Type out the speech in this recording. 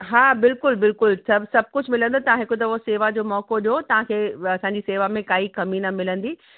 हा बिल्कुलु बिल्कुलु सभु सभु कुझु मिलंदो तव्हांखे हिकु दफ़ो सेवा जो मौक़ो ॾियो तव्हांखे असांजी सेवा में काई कमी न मिलंदी